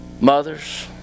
Mothers